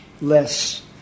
less